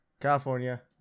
California